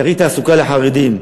יריד תעסוקה לחרדים,